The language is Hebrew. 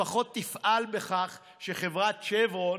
לפחות תפעל לכך שחברת שברון,